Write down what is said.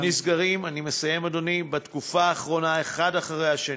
נסגרים בתקופה האחרונה אחד אחרי השני.